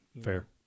Fair